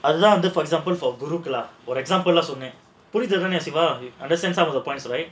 அது தான் வந்து ஒரு:adhu thaan vandhu oru example ah சொன்னேன்:sonnaen right